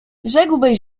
rzekłbyś